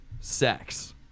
sex